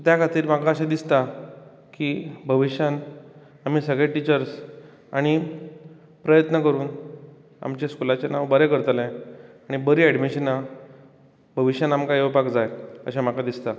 त्या खातीर म्हाका अशें दिसता की भविश्यांक आमी सगळे टिचर्स आनी प्रयत्न करून आमचें स्कुलाचें नांव बरें करतले आनी बरीं एडमिशनां भविश्यान आमकां येवपाक जाय अशें म्हाका दिसता